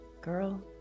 Girl